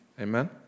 Amen